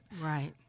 Right